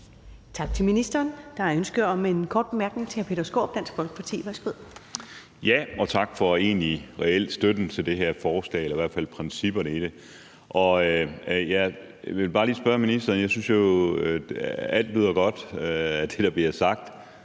Tak til ministeren. Der er ønske om en kort bemærkning til hr. Peter Skaarup, Dansk Folkeparti. Værsgo. Kl. 16:06 Peter Skaarup (DF): Tak for reel støtte til det her forslag eller i hvert fald principperne i det. Jeg vil bare lige spørge ministeren om noget. Jeg synes jo, at alt det, der bliver sagt,